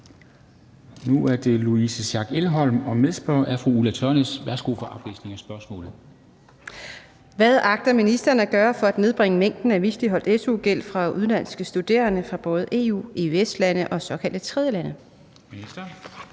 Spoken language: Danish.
af: Louise Schack Elholm (V) (medspørger: Ulla Tørnæs (V)): Hvad agter ministeren at gøre for at nedbringe mængden af misligholdt su-gæld fra udenlandske studerende fra både EU-, EØS-lande og såkaldte tredjelande? Formanden